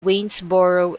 waynesboro